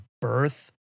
birth